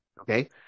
okay